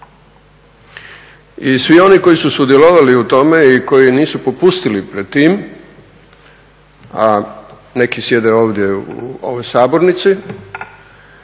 I svi oni koji su sudjelovali u tome i koji nisu popustili pred time a neki sjede ovdje u ovoj sabornici